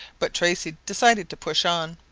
but tracy decided to push on.